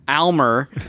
Almer